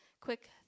quick